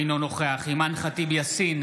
אינו נוכח אימאן ח'טיב יאסין,